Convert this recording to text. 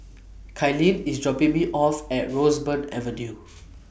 Kylene IS dropping Me off At Roseburn Avenue